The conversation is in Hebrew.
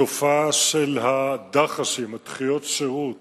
התופעה של הדח"שים, דחיות שירות